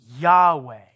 Yahweh